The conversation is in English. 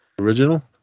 original